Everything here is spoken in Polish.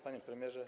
Panie Premierze!